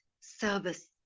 service